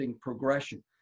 progression